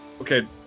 okay